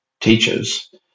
teachers